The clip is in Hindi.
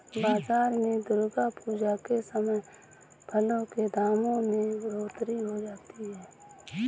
बाजार में दुर्गा पूजा के समय फलों के दामों में बढ़ोतरी हो जाती है